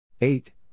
eight